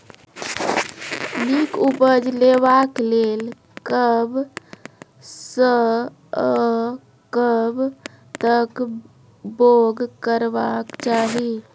नीक उपज लेवाक लेल कबसअ कब तक बौग करबाक चाही?